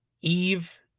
Eve